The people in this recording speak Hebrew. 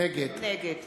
נגד